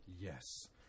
Yes